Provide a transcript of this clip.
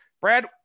Brad